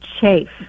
chafe